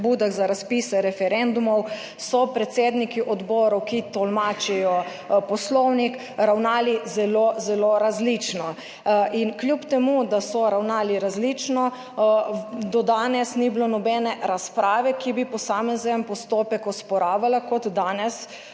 za razpise referendumov, so predsedniki odborov, ki tolmačijo Poslovnik, ravnali zelo, zelo različno. In kljub temu, da so ravnali različno, do danes ni bilo nobene razprave, ki bi posamezen postopek osporavala, kot danes,